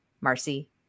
Marcy